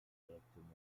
directement